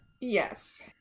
Yes